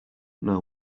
know